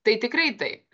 tai tikrai taip